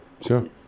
sure